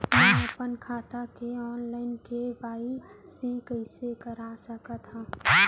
मैं अपन खाता के ऑनलाइन के.वाई.सी कइसे करा सकत हव?